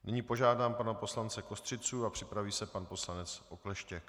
Nyní požádám pana poslance Kostřicu a připraví se pan poslanec Okleštěk.